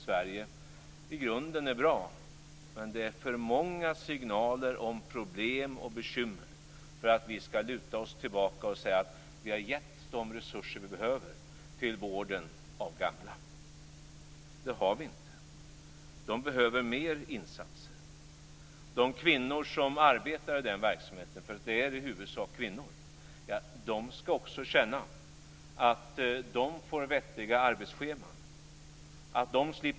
Men det kommer för många signaler om problem och bekymmer för att vi skall kunna luta oss tillbaka och säga att vi har gett de resurser som behövs till vården av gamla. Det har vi inte.